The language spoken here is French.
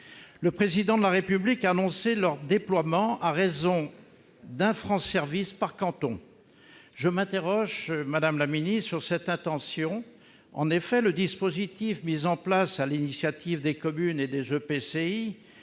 Le Président de la République a annoncé leur déploiement à raison d'un France service par canton. Je m'interroge sur cette intention. En effet, le dispositif mis en place sur l'initiative des communes et des EPCI